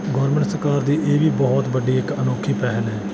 government ਸਰਕਾਰ ਦੀ ਇਹ ਵੀ ਬਹੁਤ ਵੱਡੀ ਇੱਕ ਅਨੋਖੀ ਪਹਿਲ ਹੈ